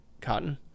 cotton